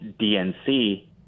DNC